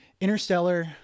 interstellar